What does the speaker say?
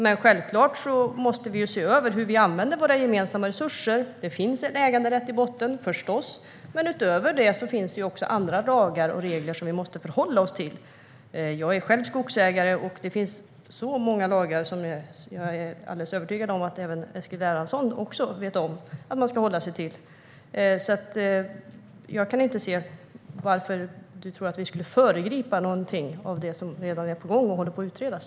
Men självklart måste vi se över hur vi använder våra gemensamma resurser. Det finns förstås en äganderätt i botten, men utöver det finns det också lagar och regler som vi måste förhålla oss till. Jag är själv skogsägare och vet att det finns många lagar. Jag är alldeles övertygad om att även Eskil Erlandsson vet om att man ska hålla sig till dem. Jag kan inte se varför Eskil Erlandsson tror att vi skulle föregripa någonting av det som redan är på gång och håller på att utredas.